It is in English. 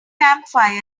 campfire